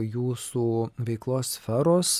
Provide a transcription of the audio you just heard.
jūsų veiklos sferos